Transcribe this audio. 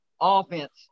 offense